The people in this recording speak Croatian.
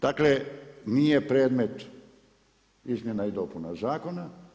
Dakle, nije predmet izmjena i dopuna zakona.